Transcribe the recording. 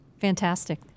fantastic